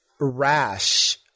rash